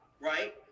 right